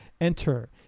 enter